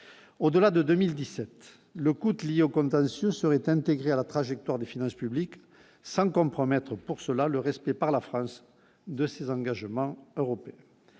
au-delà de 2017 le coûte au contentieux serait intégrée à la trajectoire des finances publiques, sans compromettre pour cela le respect par la France de ses engagements européens,